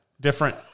different